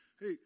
Hey